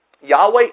Yahweh